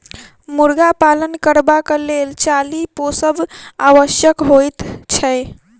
मुर्गा पालन करबाक लेल चाली पोसब आवश्यक होइत छै